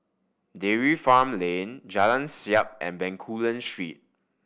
Dairy Farm Lane Jalan Siap and Bencoolen Street